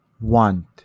want